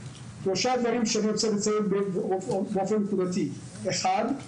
שלושה דברים שאני רוצה לציין באופן פרטי אחד,